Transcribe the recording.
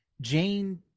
Jane